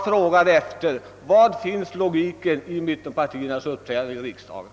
Var finns logiken i mittenpartiernas uppträdande i riksdagen?